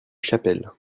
chapelle